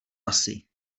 asi